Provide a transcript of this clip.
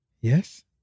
Yes